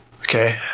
Okay